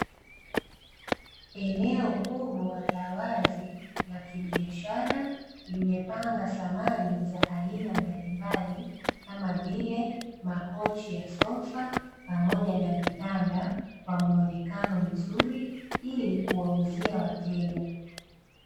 Eneo kubwa la wazi la kibiashara limepanga samani za aina mbalimbali kama vile makochi ya sofa pamoja na vitanda kwa muonekano mzuri ili kuwauzia wateja.